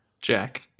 Jack